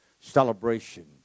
celebration